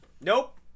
nope